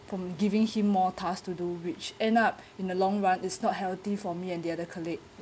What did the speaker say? from giving him more task to do which end up in the long run is not healthy for me and the other colleague